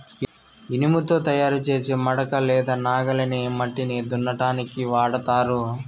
ఇనుముతో తయారు చేసే మడక లేదా నాగలిని మట్టిని దున్నటానికి వాడతారు